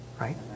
right